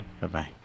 Bye-bye